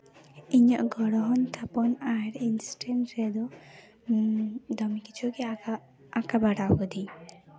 ᱤᱧᱟᱹᱜ ᱜᱚᱲᱦᱚᱱ ᱛᱷᱟᱯᱚᱱ ᱟᱨ ᱤᱱᱥᱴᱮᱱ ᱨᱮᱫᱚ ᱫᱚᱢᱮ ᱠᱤᱪᱷᱩ ᱜᱮ ᱟᱸᱠᱟᱣᱟᱜ ᱟᱸᱠᱟ ᱵᱟᱲᱟ ᱠᱟᱹᱫᱟᱹᱧ